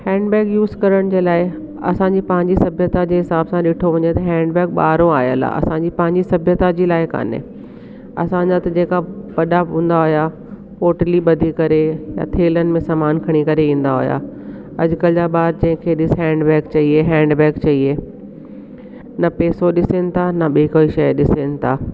handbag use करण जे लाइ असांजी पंहिंजी सभ्यता जे हिसाब सां डिठो वञे त हैंडबैग बाहरियों आयल आहे असांजी पंहिंजी सभ्यता जी लाइ कोन्हे असांजा त जेका वॾा हूंदा हुआ पोटली बधी करे या थेलनि में सामान खणी करे ईंदा हुआ अॼकल्ह जा ॿार जंहिंखे ॾिसु हैंडबैग चहिए हैंडबैग चहिए न पेसो ॾिसनि था न ॿिए कोई शइ ॾिसनि था